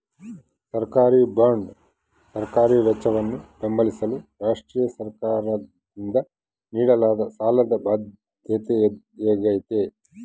ಸರ್ಕಾರಿಬಾಂಡ್ ಸರ್ಕಾರಿ ವೆಚ್ಚವನ್ನು ಬೆಂಬಲಿಸಲು ರಾಷ್ಟ್ರೀಯ ಸರ್ಕಾರದಿಂದ ನೀಡಲಾದ ಸಾಲದ ಬಾಧ್ಯತೆಯಾಗೈತೆ